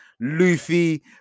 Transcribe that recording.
Luffy